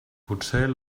potser